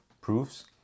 proofs